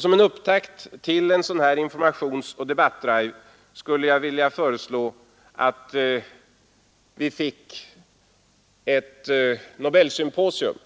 Som en upptakt till en sådan informationsoch debattdrive skulle jag vilja föreslå att vi fick ett nobelsymposium.